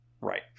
Right